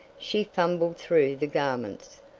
she fumbled through the garments,